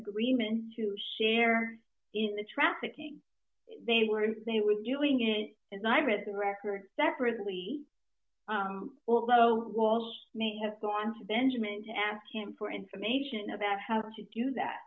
agreement to share in the trafficking they were if they were doing it and i read the record separately although walsh may have gone to benjamin to ask him for information about how to do that